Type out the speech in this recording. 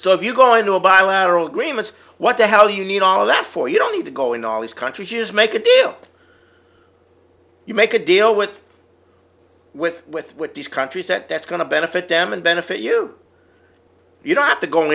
so if you go into a bilateral agreement what the hell you need all of that for you don't need to go into all these countries is make a deal you make a deal with with with with these countries that that's going to benefit them and benefit you you don't have to go